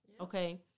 okay